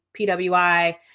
PWI